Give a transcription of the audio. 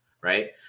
right